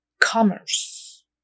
commerce